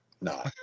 No